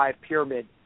pyramid